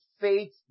faith